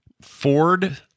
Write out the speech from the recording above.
Ford